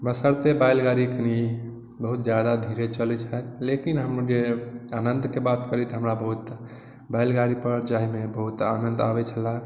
बशर्ते बैलगाड़ी कनी बहुत ज्यादा धीरे चलै छै लेकिन हम जे आनन्दके बात करी तऽ हमरा बहुत बैलगाड़ीपर जाइमे बहुत आनन्द आबै छलै